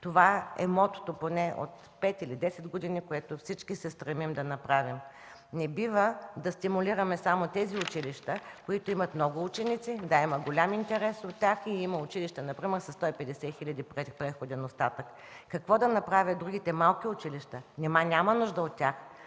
Това е мотото поне от пет или десет години, което всички се стремим да направим. Не бива да стимулираме само тези училища, които имат много ученици – да, има голям интерес от тях. Има училища например със 150 хиляди преходен остатък. Какво да направят другите малки училища? Нима няма нужда от тях?